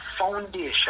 foundation